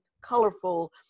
colorful